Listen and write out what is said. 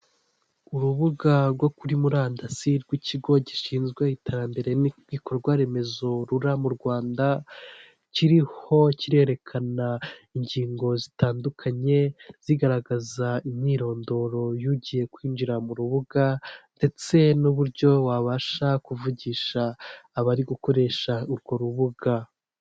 Urubuga rwo kuri murandasi rw'ikigo gishinzwe iterambere n'ibikorwa remezo RURA mu Rwanda, kiriho kirerekana ingingo zitandukanye zigaragaza imyirondoro y'ugiye kwinjira mu rubuga ndetse n'uburyo wabasha kuvugisha abari gukoresha urwo rubuga.